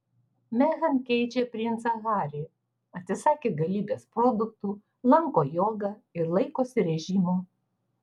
meghan keičia princą harį atsisakė galybės produktų lanko jogą ir laikosi režimo